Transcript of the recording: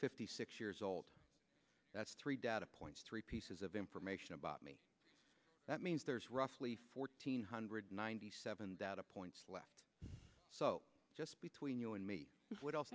fifty six years old that's three data points three pieces of information about me that means there's roughly fourteen hundred ninety seven data points left so just between you and me